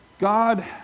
God